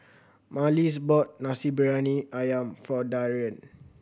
Marlys bought Nasi Briyani Ayam for Darrian